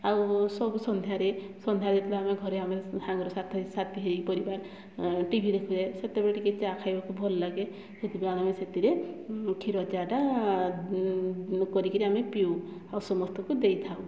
ଆଉ ସବୁ ସନ୍ଧ୍ୟାରେ ସନ୍ଧ୍ୟାରେ ଯେତେବେଳେ ଘରେ ଆମେ ସାଙ୍ଗ ସାଥୀ ହୋଇ ପରିବାର ଟି ଭି ଦେଖିବେ ସେତେବେଳେ ଟିକିଏ ଚା ଖାଇବାକୁ ଭଲ ଲାଗେ ସେଥିପାଇଁ ଆମେ ସେଥିରେ କ୍ଷୀର ଚା ଟା କରିକରି ଆମେ ପିଉ ଆଉ ସମସ୍ତଙ୍କୁ ଦେଇଥାଉ